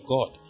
God